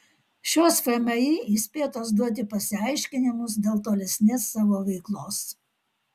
šios fmį įspėtos duoti pasiaiškinimus dėl tolesnės savo veiklos